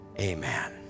Amen